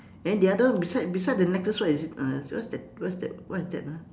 and then the other beside beside the necklace what is it uh what's that what's that what is that ah